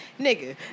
Nigga